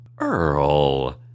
Earl